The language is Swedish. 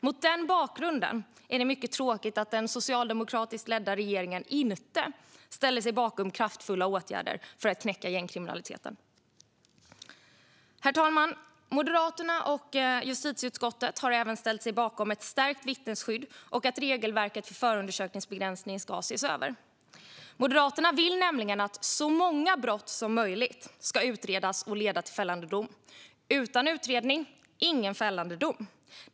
Mot denna bakgrund är det mycket tråkigt att den socialdemokratiskt ledda regeringen inte ställer sig bakom kraftfulla åtgärder för att knäcka gängkriminaliteten. Herr talman! Moderaterna och justitieutskottet har även ställt sig bakom ett stärkt vittnesskydd och att regelverket för förundersökningsbegränsning ska ses över. Moderaterna vill nämligen att så många brott som möjligt ska utredas och leda till fällande dom - utan utredning, ingen fällande dom.